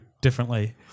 differently